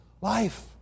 Life